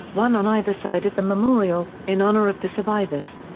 one on either side of the memorial, in honor of the survivors.